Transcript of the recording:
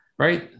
right